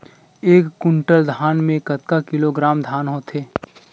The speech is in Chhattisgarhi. एक कुंटल धान में कतका किलोग्राम धान होथे?